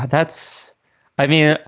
that's i mean,